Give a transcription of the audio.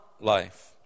life